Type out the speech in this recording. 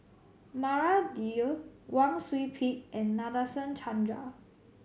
Maria Dyer Wang Sui Pick and Nadasen Chandra